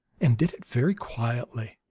and did it very quietly.